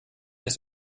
his